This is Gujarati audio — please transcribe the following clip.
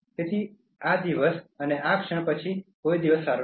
તેથી આ દિવસ અને આ ક્ષણ પછી કોઈ દિવસ સારો નથી